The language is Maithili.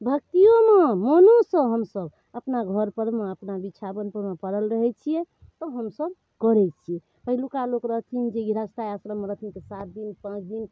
भक्तियोमे मोनो सऽ हमसब अपना घर परमे अपना बिछावन परमे पड़ल रहै छियै तऽ हमसब करै छियै पहिलुका लोक रहथिन जे गृहस्था आश्रममे रहथिन तऽ सात दिन पाँच दिन